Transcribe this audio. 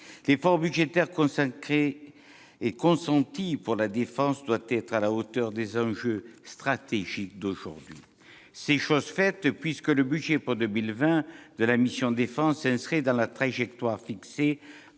L'effort budgétaire consenti pour la défense doit être à la hauteur des enjeux stratégiques d'aujourd'hui. C'est chose faite, puisque le budget pour 2020 de la mission « Défense » s'inscrit dans la trajectoire fixée